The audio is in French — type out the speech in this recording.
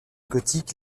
gothique